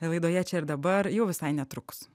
laidoje čia ir dabar jau visai netrukus